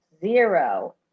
zero